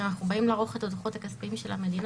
כאשר אנחנו באים לערוך את הדוחות הכספיים של המדינה,